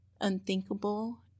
unthinkable